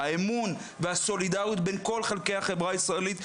האמון והסולידריות בין כל חלקי החברה הישראלית,